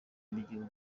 by’igihugu